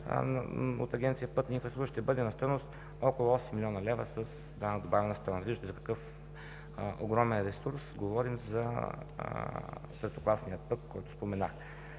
от Агенция „Пътна инфраструктура“, ще бъде на стойност около 8 млн. лв. с данък добавен стойност. Виждате за какъв огромен ресурс говорим за третокласния път, който споменах.